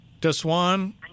Deswan